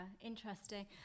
interesting